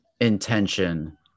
intention